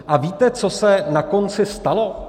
A víte, co se na konci stalo?